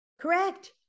Correct